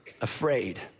afraid